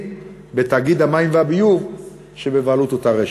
בתאגיד המים והביוב שבבעלות אותה רשות.